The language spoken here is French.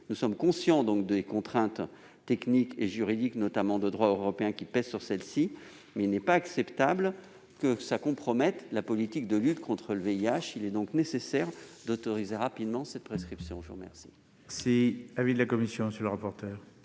Nous sommes conscients des contraintes techniques et juridiques, notamment de droit européen, qui pèsent sur celles-ci, mais il n'est pas acceptable que la politique de lutte contre le VIH en soit compromise. Il est donc nécessaire d'autoriser rapidement cette prescription. Quel